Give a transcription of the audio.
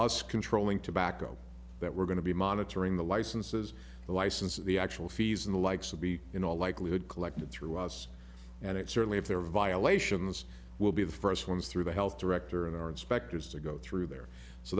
us controlling tobacco that we're going to be monitoring the licenses the license the actual fees in the likes of be in all likelihood collected through us and it certainly if there are violations will be the first ones through the health director in our inspectors to go through there so